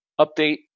update